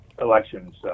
elections